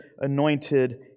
anointed